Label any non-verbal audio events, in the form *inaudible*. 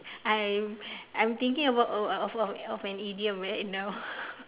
I'm I'm thinking about of a of a of an idiom right now *laughs*